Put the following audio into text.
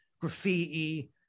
graffiti